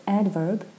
adverb